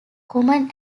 common